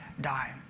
die